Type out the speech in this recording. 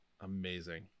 Amazing